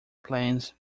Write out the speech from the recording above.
planes